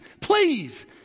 please